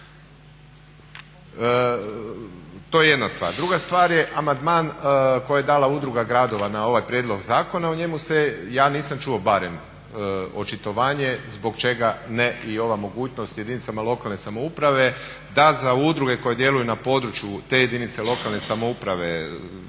To je jedna stvar. Druga stvar je amandman koji je dala Udruga gradova na ovaj prijedlog zakona. O njemu se, ja nisam čuo barem očitovanje zbog čega ne i ova mogućnost jedinicama lokalne samouprave da za udruge koje djeluju na području te jedinice lokalne samouprave